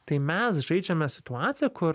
tai mes žaidžiame situaciją kur